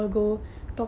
mm